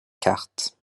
cartes